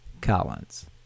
Collins